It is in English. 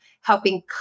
helping